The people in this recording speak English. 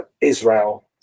israel